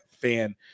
fan